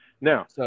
Now